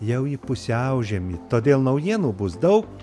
jau į pusiaužiemį todėl naujienų bus daug